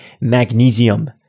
magnesium